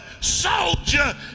soldier